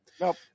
Nope